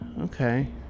Okay